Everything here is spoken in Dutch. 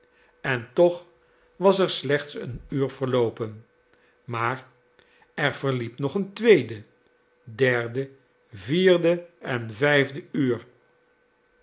en toch was er slechts een uur verloopen maar er verliep nog het tweede derde vierde en vijfde uur